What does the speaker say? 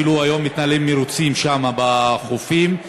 היום אפילו מתנהלים מירוצים שם, בחופים.